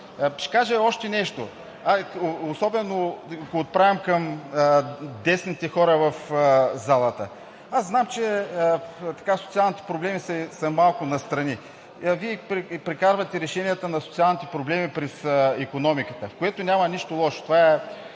Ще кажа и още нещо. Отправям го към десните хора в залата. Знам, че социалните проблеми са малко настрани. Вие прекарвате решенията на социалните проблеми през икономиката, в което няма нищо лошо. Това е